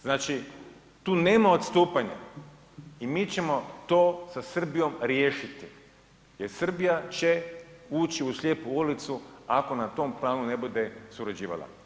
Znači tu nema odstupanja i mi ćemo to sa Srbijom riješiti jer Srbija će ući u slijepu ulicu ako na tom planu ne bude surađivala.